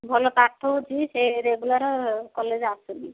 ଭଲ ପାଠ ହେଉଛି ସେ ରେଗୁଲାର କଲେଜ ଆସୁନି